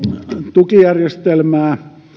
tukijärjestelmää